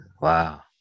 wow